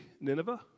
Nineveh